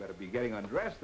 better be getting undressed